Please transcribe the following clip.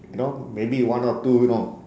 you know maybe one or two you know